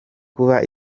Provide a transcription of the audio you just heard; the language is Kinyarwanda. kuba